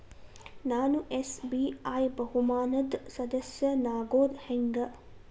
ನಾನು ಎಸ್.ಬಿ.ಐ ಬಹುಮಾನದ್ ಸದಸ್ಯನಾಗೋದ್ ಹೆಂಗ?